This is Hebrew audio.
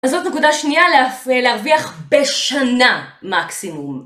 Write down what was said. אז זאת נקודה שנייה להרוויח בשנה מקסימום